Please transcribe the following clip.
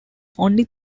only